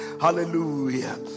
Hallelujah